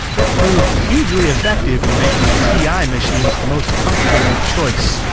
that proved hugely effective in making ti machines the most comfortable choice.